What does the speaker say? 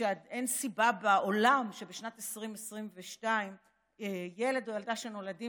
שאין סיבה בעולם שבשנת 2022 ילד או ילדה שנולדים